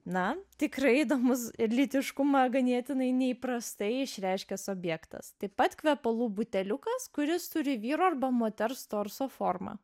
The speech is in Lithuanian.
na tikrai įdomus ir lytiškumą ganėtinai neįprastai išreiškiantis objektas taip pat kvepalų buteliukas kuris turi vyro arba moters torso formą